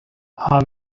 how